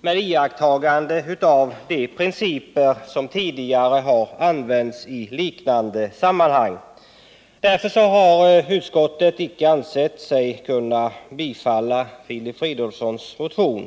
med iakttagande av de principer som tidigare har använts i liknande sammanhang. Utskottet har därför icke ansett sig kunna bifalla Filip Fridolfssons motion.